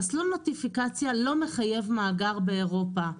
מסלול נוטיפיקציה לא מחייב מאגר באירופה,